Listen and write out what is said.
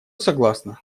согласна